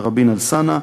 תראבין-אלסאנע,